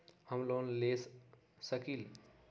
हम लोन ले सकील?